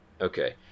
Okay